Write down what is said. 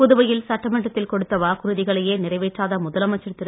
புதுவையில் சட்டமன்றத்தில் கொடுத்த வாக்குறுதிகளையே நிறைவேற்றாத முதலமைச்சர் திரு